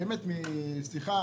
משיחה